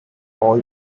all